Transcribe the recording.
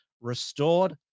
Restored